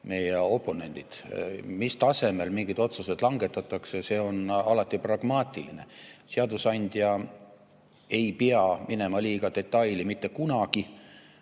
meie oponendid. Mis tasemel mingid otsused langetatakse, see on alati pragmaatiline. Seadusandja ei pea mitte kunagi